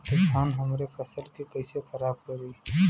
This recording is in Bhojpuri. तूफान हमरे फसल के कइसे खराब करी?